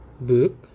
book